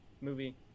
movie